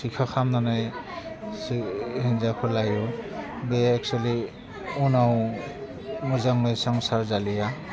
सिखाव खालामनानैसो हिनजावखौ लाइयो बे एकसुलि उनाव मोजाङै संसार जालिया